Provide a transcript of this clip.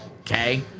okay